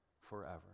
forever